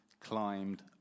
climbed